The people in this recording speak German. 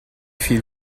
viel